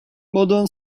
modern